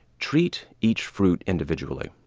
treat each fruit individually.